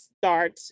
start